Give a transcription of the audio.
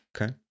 okay